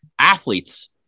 athletes